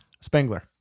Spengler